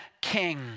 King